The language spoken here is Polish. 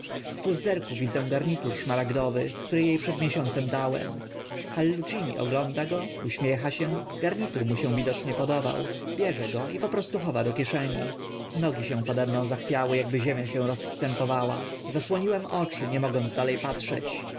puzderku widzę garnitur szmaragdowy który e przed miesiącem dałem hallucini ogląda go uśmiecha się garnitur mu się widocznie podobał bierze go i po prostu chowa do kieszeni nogi się pode mną zachwiały akby ziemia się rozstępowała zasłoniłem oczy nie mogąc dale patrzeć